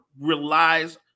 relies